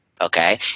okay